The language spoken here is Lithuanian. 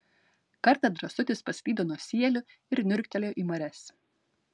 kartą drąsutis paslydo nuo sielių ir niurktelėjo į marias